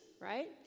right